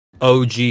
OG